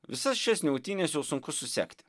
visas šias niautynes jau sunku susekti